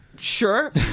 sure